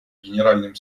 генеральным